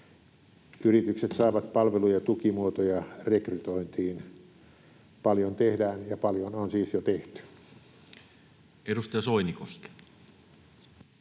Yritykset saavat palvelu- ja tukimuotoja rekrytointiin. Paljon tehdään, ja paljon on siis jo tehty. [Speech